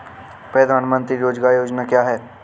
प्रधानमंत्री रोज़गार योजना क्या है?